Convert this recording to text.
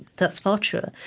that's far truer.